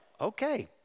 okay